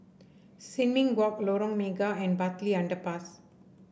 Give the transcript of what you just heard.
Sin Ming Walk Lorong Mega and Bartley Underpass